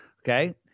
Okay